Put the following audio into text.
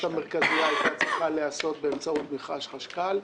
המרכזיה הייתה צריכה להיעשות באמצעות מכרז חשכ"ל.